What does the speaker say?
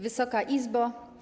Wysoka Izbo!